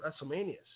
WrestleManias